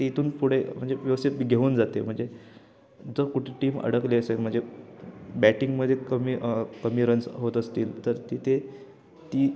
तिथून पुढे म्हणजे व्यवस्थित घेऊन जाते म्हणजे जर कुठे टीम अडकली असेल म्हणजे बॅटिंगमध्ये कमी कमी रन्स होत असतील तर तिथे ती